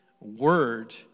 word